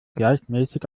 gleichmäßig